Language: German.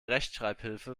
rechtschreibhilfe